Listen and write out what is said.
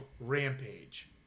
Rampage